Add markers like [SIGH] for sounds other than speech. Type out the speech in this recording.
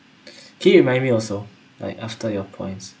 [BREATH] can remind me also like after your points